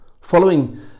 Following